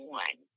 one